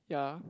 ya